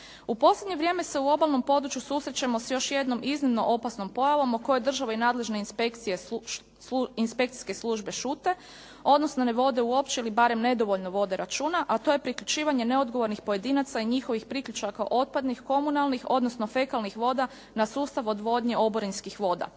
U posljednje vrijeme se u obalnom području susrećemo sa još jednom iznimno opasnom pojavom o kojom država i ostale inspekcijske službe šute, odnosno ne vode uopće ili barem nedovoljno vode računa a to je priključivanje neodgovornih pojedinaca i njihovih priključaka, otpadnih, komunalnih, odnosno fekalnih voda na sustav odvodnje oborinskih voda.